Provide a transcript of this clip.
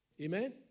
Amen